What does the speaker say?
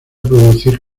producir